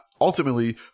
ultimately